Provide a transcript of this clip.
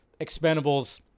expendables